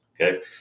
Okay